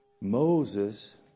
Moses